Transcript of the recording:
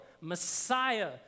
Messiah